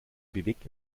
bewegt